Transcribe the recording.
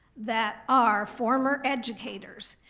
that are former educators,